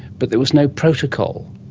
but there was no protocol,